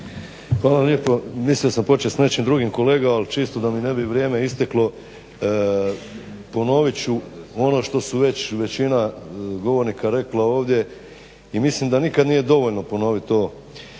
Hvala lijepo. Mislio sam početi s nečim drugim kolega ali čisto da mi ne bi vrijeme isteklo ponovit ću ono što su već većina govornika rekla ovdje i mislim da nikad nije dovoljno ponoviti to.